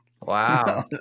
Wow